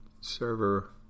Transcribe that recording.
Server